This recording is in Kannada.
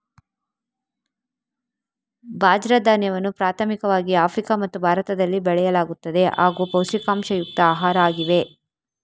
ಬಾಜ್ರ ಧಾನ್ಯವನ್ನು ಪ್ರಾಥಮಿಕವಾಗಿ ಆಫ್ರಿಕಾ ಮತ್ತು ಭಾರತದಲ್ಲಿ ಬೆಳೆಯಲಾಗುತ್ತದೆ ಹಾಗೂ ಪೌಷ್ಟಿಕಾಂಶಯುಕ್ತ ಆಹಾರ ಆಗಿವೆ